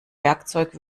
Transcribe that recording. werkzeug